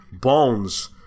Bones